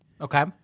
Okay